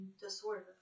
disorder